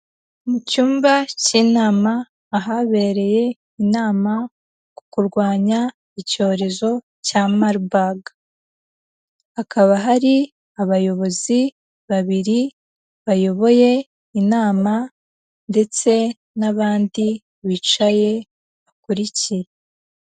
Mu cyumba cy'inama, ahabereye inama ku kurwanya icyorezo cya Marburg. Hakaba hari abayobozi babiri bayoboye inama, ndetse n'abandi bicaye bakurikiye.